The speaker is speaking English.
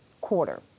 quarter